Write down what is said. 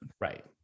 Right